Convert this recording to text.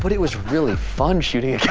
but it was really fun shooting a